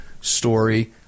Story